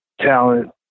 talent